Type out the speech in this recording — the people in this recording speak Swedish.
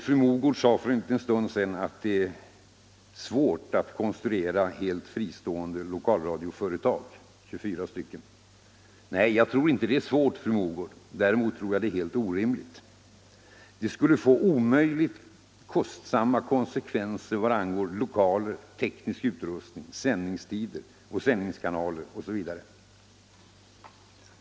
Fru Mogård sade för en liten stund sedan att det är svårt att konstruera helt fristående lokalradioföretag — 24 stycken. Nej, jag tror inte att det är svårt, fru Mogård. Däremot tror jag att det är helt orimligt. Det skulle få omöjligt kostsamma konsekvenser vad angår lokaler, teknisk utrustning, sändningstider, sändningskanaler osv.